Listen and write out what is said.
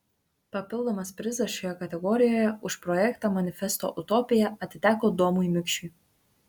papildomas prizas šioje kategorijoje už projektą manifesto utopija atiteko domui mikšiui